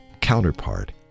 counterpart